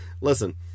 Listen